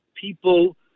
people